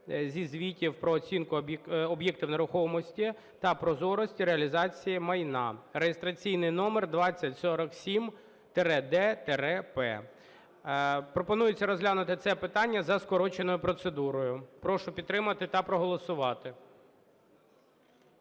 зі звітів про оцінку об'єктів нерухомості та прозорості реалізації майна" (реєстраційний номер 2047-д-П). Пропонується розглянути це питання за скороченою процедурою. Прошу підтримати та проголосувати.